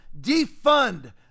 defund